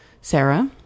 Sarah